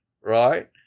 Right